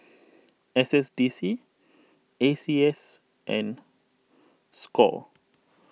S S D C A C S and Score